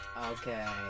Okay